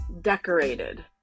decorated